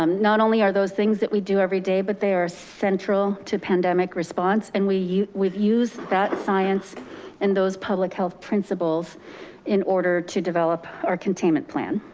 um not only are those things that we do every day, but they are central to pandemic response. and we use we've used that science and those public health principles in order to develop our containment plan.